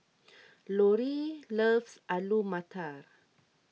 Loree loves Alu Matar